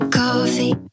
coffee